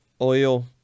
oil